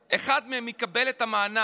שאחד מהם מקבל את המענק